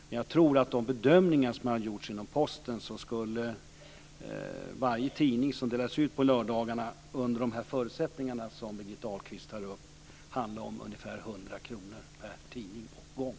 Men med de bedömningar som har gjorts inom posten skulle tidningar som delas ut på lördagarna, under de förutsättningar som Birgitta Ahlqvist tar upp, handla om ungefär 100 kr per tidning och gång.